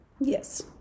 Yes